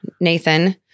Nathan